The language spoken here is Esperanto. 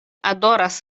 adoras